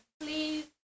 please